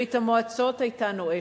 ברית-המועצות היתה נואשת.